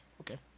Okay